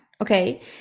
okay